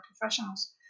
professionals